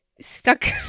stuck